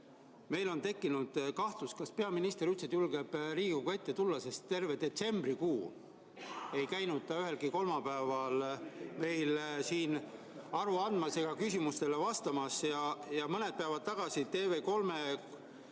Meil on tekkinud kahtlus, kas peaminister üldse julgeb Riigikogu ette tulla, sest terve detsembrikuu ei käinud ta ühelgi kolmapäeval meil siin aru andmas ega küsimustele vastamas. Ja kui mõned päevad tagasi TV3